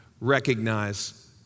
recognize